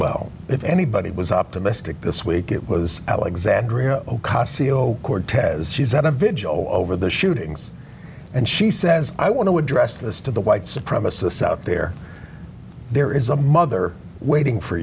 well if anybody was optimistic this week it was alexandria ocasio cortez she's at a vigil over the shootings and she says i want to address this to the white supremacists out there there is a mother waiting for